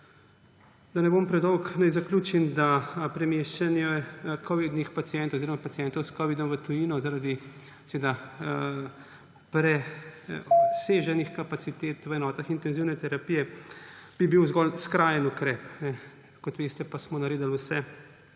Da ne bom predolg, naj zaključim, da premeščanje pacientov s covidom v tujino zaradi preobsežnih kapacitet v enotah intenzivne terapije bi bil zgolj skrajen ukrep. Kot veste, pa smo naredili vse,